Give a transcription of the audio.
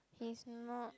he's not